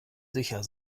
sicher